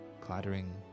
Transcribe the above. clattering